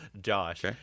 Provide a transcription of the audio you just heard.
Josh